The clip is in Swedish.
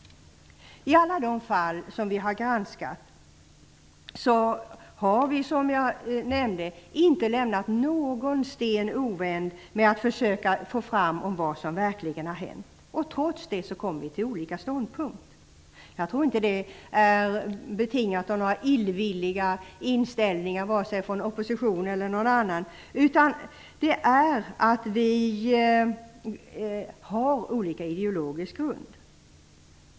I alla de fall som vi har granskat har vi, som jag nämnde, inte lämnat någon sten ovänd för att försöka få fram vad som verkligen har hänt. Trots det kommer vi fram till olika ståndpunkter. Jag tror inte att det är betingat av någon illvillig inställning från vare sig oppositionen eller någon annan, utan det beror på att vi står på olika ideologisk grund.